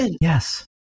Yes